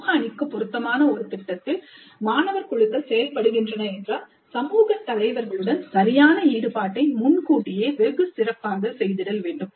சமூக அணிக்கு பொருத்தமான ஒரு திட்டத்தில் மாணவர் குழுக்கள் செயல்படுகின்றன என்றால் சமூகத் தலைவர்களுடன் சரியான ஈடுபாட்டை முன்கூட்டியே வெகு சிறப்பாக செய்திடல் வேண்டும்